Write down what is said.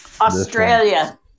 Australia